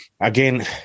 again